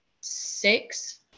six